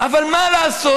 אבל מה לעשות,